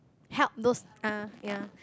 help those ah ya